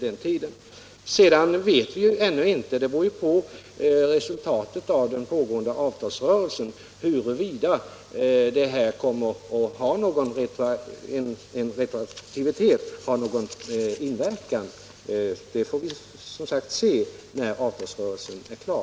Slutligen vill jag säga att vi vet ännu inte huruvida en retroaktivitet har någon inverkan. Det får vi se när avtalsrörelsen är klar.